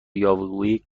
یاوهگویی